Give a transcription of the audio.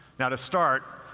now, to start,